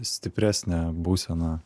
stipresnė būsena